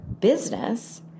business